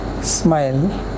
smile